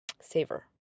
savor